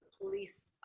police